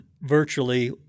virtually